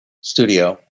studio